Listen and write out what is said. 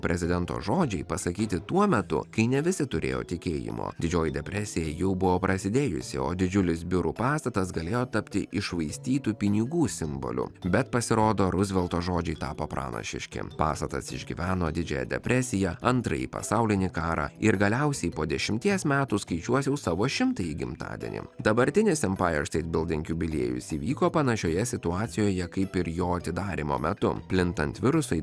prezidento žodžiai pasakyti tuo metu kai ne visi turėjo tikėjimo didžioji depresija jau buvo prasidėjusi o didžiulis biurų pastatas galėjo tapti iššvaistytų pinigų simboliu bet pasirodo ruzvelto žodžiai tapo pranašiški pastatas išgyveno didžiąją depresiją antrąjį pasaulinį karą ir galiausiai po dešimties metų skaičiuos jau savo šimtąjį gimtadienį dabartinis emair steit bilding jubiliejus įvyko panašioje situacijoje kaip ir jo atidarymo metu plintant virusui